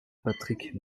patrick